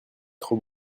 trop